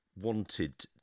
wanted